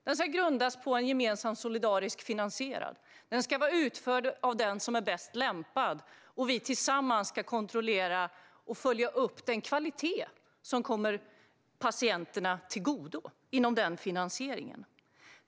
Den ska grundas på en gemensam solidarisk finansiering och utföras av den som är bäst lämpad, och vi ska tillsammans kontrollera och följa upp den kvalitet som kommer patienterna till godo inom den finansieringen.